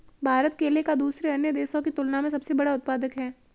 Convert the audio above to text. भारत केले का दूसरे अन्य देशों की तुलना में सबसे बड़ा उत्पादक है